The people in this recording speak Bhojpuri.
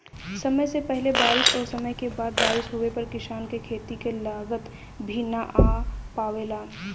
समय से पहिले बारिस और समय के बाद बारिस होवे पर किसान क खेती क लागत भी न आ पावेला